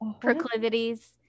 proclivities